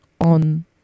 on